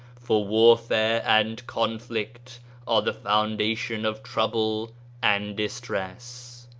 for warfare and conflict are the foundation of trouble and distress.